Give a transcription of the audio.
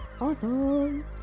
Awesome